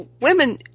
Women